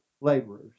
laborers